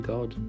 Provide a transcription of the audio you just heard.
God